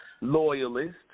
loyalist